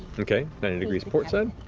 okay, ninety degrees port side.